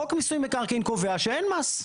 חוק מיסוי מקרקעין קובע שאין מס.